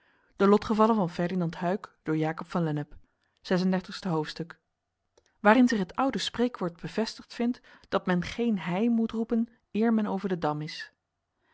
blaek zes en dertigste hoofdstuk waarin zich het oude spreekwoord bevestigd vindt dat men geen hei moet roepen eer men over den dam is